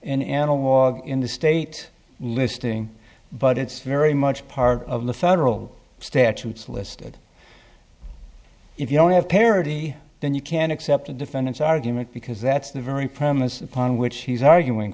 an analogue in the state listing but it's very much part of the federal statutes listed if you don't have parity then you can accept a defendant's argument because that's the very premise upon which he's arguing